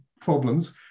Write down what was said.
problems